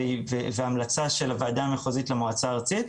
וההמלצה של הוועדה המחוזית למועצה הארצית.